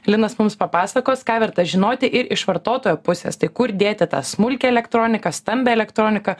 linas mums papasakos ką verta žinoti ir iš vartotojo pusės tai kur dėti tą smulkią elektroniką stambią elektroniką